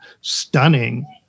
stunning